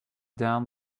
down